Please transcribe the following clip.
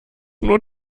nur